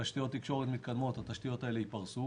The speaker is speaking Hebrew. תשתיות תקשורת מתקדמות התשתיות האלו ייפרסו.